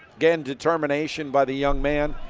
again, determination by the young man.